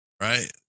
right